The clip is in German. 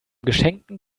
geschenkten